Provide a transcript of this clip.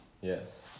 Yes